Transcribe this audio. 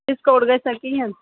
discount گژھِ نَہ کِہیٖنۍ